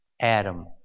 Adam